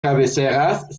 cabeceras